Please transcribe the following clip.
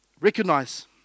recognize